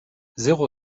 zéro